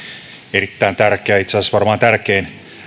erittäin tärkeä itse asiassa varmaan tärkein